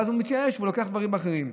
ואז הוא מתייאש והוא לוקח דברים אחרים.